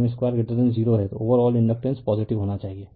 M 2 0 है overall inductance positive होना चाहिए